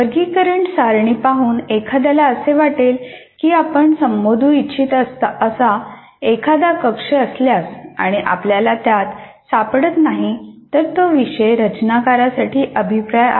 वर्गीकरण सारणी पाहून एखाद्याला असे वाटले की आपण संबोधू इच्छित असा एखादा कक्ष असल्यास आणि आपल्याला त्यात सापडत नाही तर तो विषय रचनाकारासाठी अभिप्राय आहे